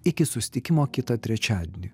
iki susitikimo kitą trečiadienį